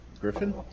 Griffin